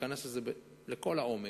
להיכנס בזה לכל העומק.